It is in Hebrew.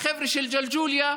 החבר'ה של ג'לג'וליה,